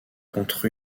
contre